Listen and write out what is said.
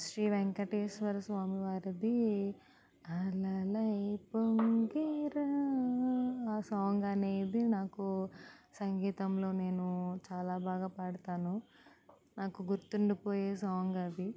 శ్రీ వెంకటేశ్వర స్వామి వారిది అలలై పొంగెరా ఆ సాంగ్ అనేది నాకు సంగీతంలో నేను చాలా బాగా పాడుతాను నాకు గుర్తుండిపోయే సాంగ్ అది